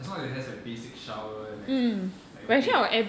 as long as it has like basic shower and like a bed